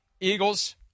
Eagles